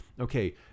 Okay